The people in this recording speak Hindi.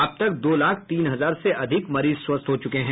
अब तक दो लाख तीन हजार से अधिक मरीज स्वस्थ हुए है